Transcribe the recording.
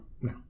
No